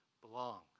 belong